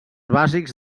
bàsics